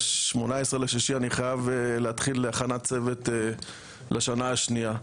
ב-18.6 אני חייבת להתחיל הכנת צוות לשנה השנייה.